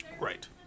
Right